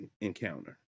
encounter